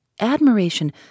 Admiration